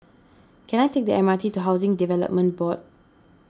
can I take the M R T to Housing Development Board